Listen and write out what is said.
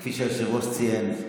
כפי שהיושב-ראש ציין,